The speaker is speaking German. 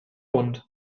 bund